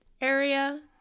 area